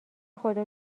خدا